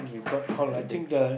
basically the